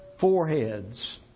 foreheads